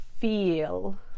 feel